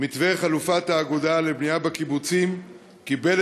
מתווה חלופת האגודה לבנייה בקיבוצים קיבל